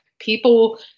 people